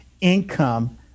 income